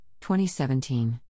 2017